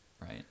Right